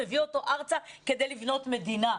מביא אותו ארצה כדי לבנות מדינה?